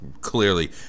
clearly